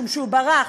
משום שהוא ברח,